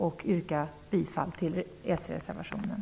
Jag yrkar bifall till s-reservationen.